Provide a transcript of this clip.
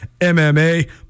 MMA